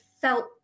felt